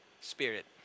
spirit